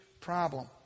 problem